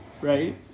right